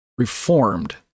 Reformed